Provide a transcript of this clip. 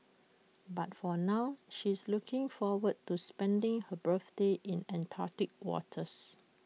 but for now she is looking forward to spending her birthday in Antarctic waters